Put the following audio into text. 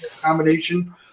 combination